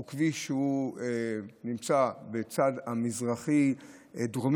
הוא כביש שנמצא בצד המזרחי-דרומי,